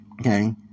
Okay